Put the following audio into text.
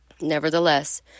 Nevertheless